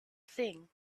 thing